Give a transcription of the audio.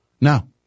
No